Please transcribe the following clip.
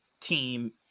team